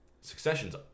Succession's